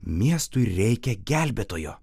miestui reikia gelbėtojo